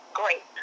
great